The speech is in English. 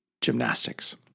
gymnastics